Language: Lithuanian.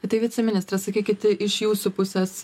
tai viceministre sakykit iš jūsų pusės